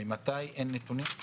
ממתי אין נתונים?